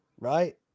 right